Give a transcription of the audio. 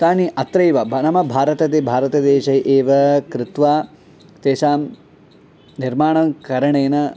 तानि अत्रैव बनम भारतदे भारतदेशे एव कृत्वा तेषां निर्माणं करणेन